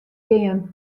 gean